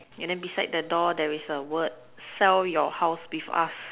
and then beside the door there is a word sell your house with us